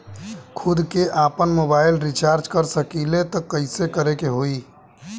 खुद से आपनमोबाइल रीचार्ज कर सकिले त कइसे करे के होई?